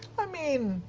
i mean,